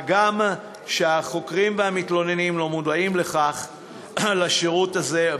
מה גם שהחוקרים והמתלוננים לא מודעים לשירות הזה,